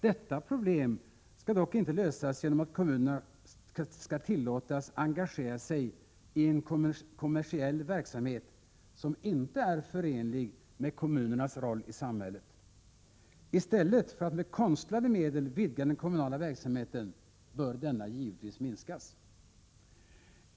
Detta problem skall dock inte lösas genom att kommunerna skall tillåtas engagera sig i en kommersiell verksamhet, som inte är förenlig med kommunernas roll i samhället. I stället för att med konstlade medel vidga den kommunala verksamheten, bör denna givetvis minskas.